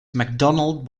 macdonald